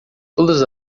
todas